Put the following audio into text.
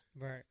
Right